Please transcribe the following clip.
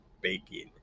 baking